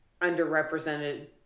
underrepresented